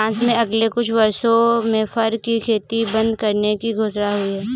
France में अगले कुछ वर्षों में फर की खेती बंद करने की घोषणा हुई है